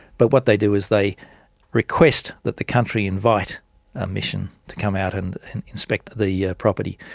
but what they do is they request that the country invite a mission to come out and inspect the yeah property,